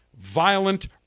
violent